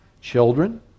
Children